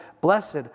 Blessed